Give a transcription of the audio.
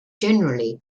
generally